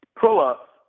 Pull-up